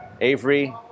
Avery